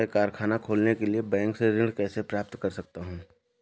मैं कारखाना खोलने के लिए बैंक से ऋण कैसे प्राप्त कर सकता हूँ?